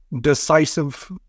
decisive